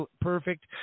perfect